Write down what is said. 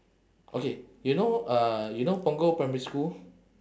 okay you know uh you know punggol primary school